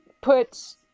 put